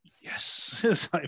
yes